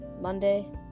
Monday